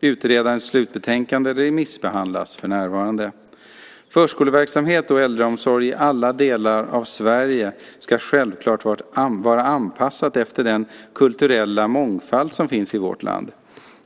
Utredarens slutbetänkande remissbehandlas för närvarande. Förskoleverksamhet och äldreomsorg i alla delar av Sverige ska självklart vara anpassade efter den kulturella mångfald som finns i vårt land.